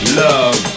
love